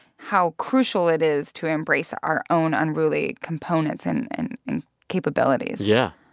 how crucial it is to embrace our own unruly components and and and capabilities yeah.